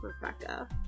Rebecca